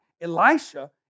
Elisha